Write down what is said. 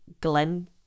Glen